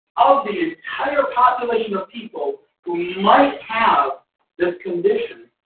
of the entire population of people who might have this condition.